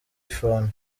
iphone